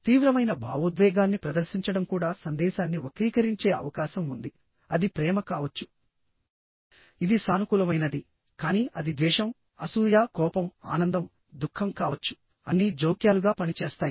తీవ్రమైన భావోద్వేగాన్ని ప్రదర్శించడం కూడా సందేశాన్ని వక్రీకరించే అవకాశం ఉంది అది ప్రేమ కావచ్చు ఇది సానుకూలమైనది కానీ అది ద్వేషం అసూయ కోపం ఆనందం దుఃఖం కావచ్చు అన్నీ జోక్యాలుగా పనిచేస్తాయి